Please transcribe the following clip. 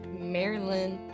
maryland